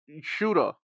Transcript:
shooter